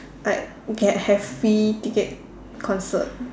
like can have free ticket concert